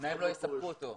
התנאים לא יספקו אותו.